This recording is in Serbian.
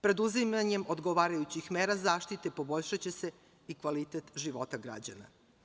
Preduzimanjem odgovarajućih mera zaštite, poboljšaće se i kvalitet života građana.